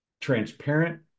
transparent